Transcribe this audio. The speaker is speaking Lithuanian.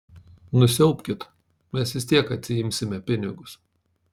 nusiaubkit mes vis tiek atsiimsime pinigus